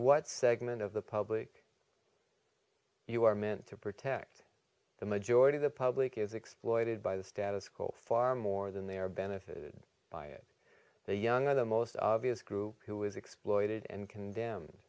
what segment of the public you are meant to protect the majority of the public is exploited by the status quo far more than they are benefited by it the young are the most obvious group who is exploited and condemn